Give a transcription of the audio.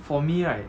for me right